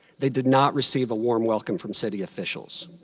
they did not receive a warm welcome from city officials.